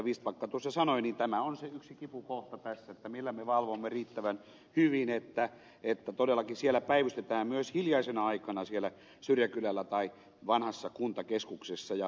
vistbacka tuossa sanoi tämä on se yksi kipukohta tässä millä me valvomme riittävän hyvin että todellakin päivystetään myös hiljaisena aikana siellä syrjäkylällä tai vanhassa kuntakeskuksessa